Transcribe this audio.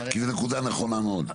כי זו נקודה נכונה מאוד.